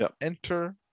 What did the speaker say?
enter